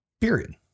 Period